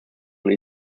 und